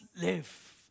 live